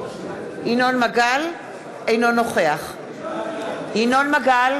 נגד מנחם אליעזר